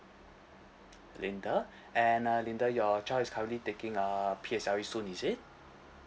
linda and ah linda your child is currently taking ah P_S_L_E soon is it